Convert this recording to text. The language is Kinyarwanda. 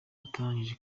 atarangije